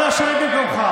אנא שב במקומך.